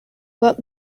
what